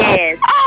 Yes